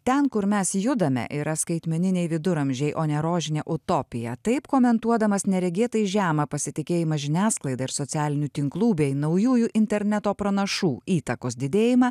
ten kur mes judame yra skaitmeniniai viduramžiai o ne rožinė utopija taip komentuodamas neregėtai žemą pasitikėjimą žiniasklaida ir socialinių tinklų bei naujųjų interneto pranašų įtakos didėjimą